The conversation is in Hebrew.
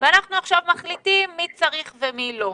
ואנחנו עכשיו מחליטים מי צריך ומי לא.